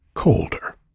colder